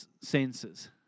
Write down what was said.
senses